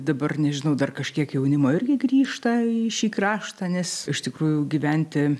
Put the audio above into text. dabar nežinau dar kažkiek jaunimo irgi grįžta į šį kraštą nes iš tikrųjų gyventi